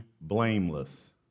blameless